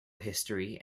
history